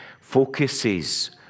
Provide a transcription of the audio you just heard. focuses